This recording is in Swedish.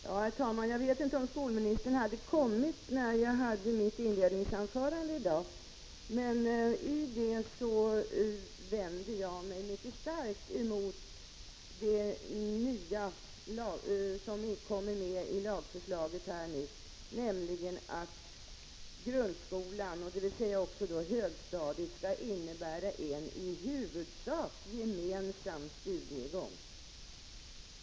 Herr talman! Jag vet inte om skolministern hade kommit när jag höll mitt inledningsanförande i dag. I det vände jag mig mycket starkt mot det nya i lagförslaget, att grundskolan och då också högstadiet skall innebära en i huvudsak gemensam studiegång.